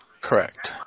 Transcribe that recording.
Correct